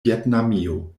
vjetnamio